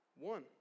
one